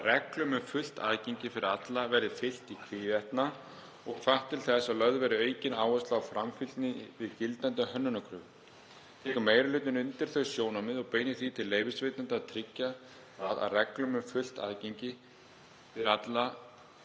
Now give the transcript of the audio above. að reglum um fullt aðgengi fyrir alla verði fylgt í hvívetna og hvatt til þess að lögð verði aukin áhersla á framfylgni við gildandi hönnunarkröfur. Tekur meiri hlutinn undir þau sjónarmið og beinir því til leyfisveitenda að tryggja það að reglum um fullt aðgengi fyrir alla